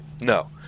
No